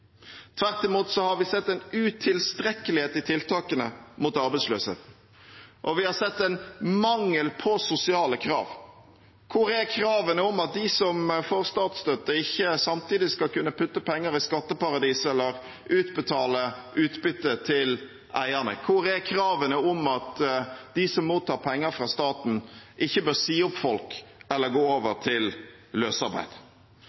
Tvert imot har vi sett en utilstrekkelighet i tiltakene mot arbeidsløshet, og vi har sett en mangel på sosiale krav. Hvor er kravene om at de som får statsstøtte, ikke samtidig skal kunne putte penger i skatteparadiser eller utbetale utbytte til eierne? Hvor er kravene om at de som mottar penger fra staten, ikke bør si opp folk eller gå